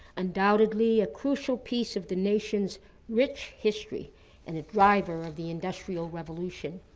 undoubtedly a crucial piece of the nation's rich history and a driver of the industrial revolution.